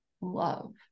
love